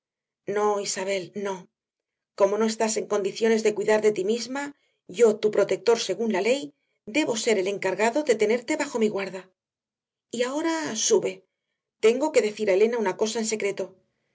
no isabel no como no estás en condiciones de cuidar de ti misma yo tu protector según la ley debo ser el encargado de tenerte bajo mi guarda y ahora sube tengo que decir a elena una cosa en secreto